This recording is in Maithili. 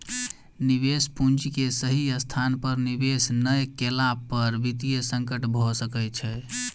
निवेश पूंजी के सही स्थान पर निवेश नै केला पर वित्तीय संकट भ सकै छै